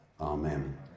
Amen